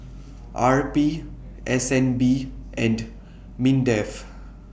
R P S N B and Mindef